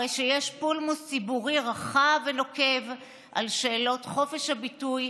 הרי שיש פולמוס ציבורי רחב ונוקב על שאלות חופש הביטוי,